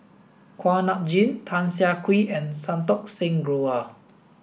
Kuak Nam Jin Tan Siah Kwee and Santokh Singh Grewal